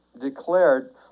declared